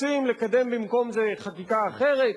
רוצים לקדם במקום זה חקיקה אחרת?